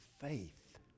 faith